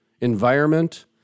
environment